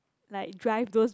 like drive those